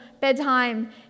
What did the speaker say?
bedtime